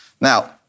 Now